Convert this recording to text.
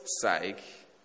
sake